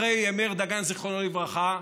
אחרי מאיר דגן זיכרונו לברכה,